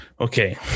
okay